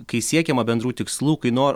kai siekiama bendrų tikslų kai nor